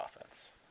offense